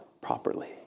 properly